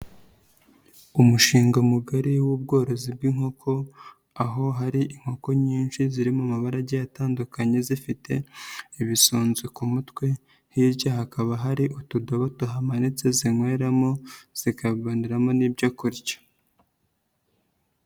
Umushinga mugari w'ubworozi bw'inkoko, aho hari inkoko nyinshi ziri mu mabarage atandukanye zifite ibisonzi ku mutwe, hirya hakaba hari utudobo tuhamanitse zinyweramo zikaboneramo n'ibyo kurya.